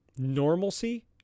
Normalcy